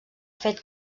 fet